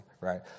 right